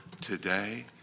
today